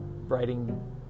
writing